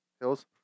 hills